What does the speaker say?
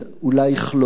אולי כלור,